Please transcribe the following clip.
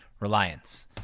Reliance